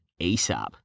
ASAP